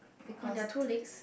because the